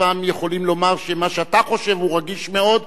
פעם יכולים לומר שמה שאתה חושב הוא רגיש מאוד,